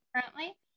currently